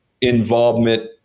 involvement